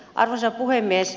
arvoisa puhemies